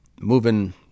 moving